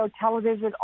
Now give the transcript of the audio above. television